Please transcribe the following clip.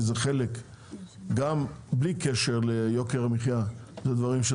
כי מעבר ליוקר המחיה אלה הדברים בהם